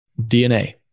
DNA